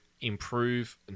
improve